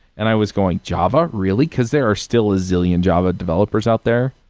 and i was going, java? really? because there are still a zillion java developers out there.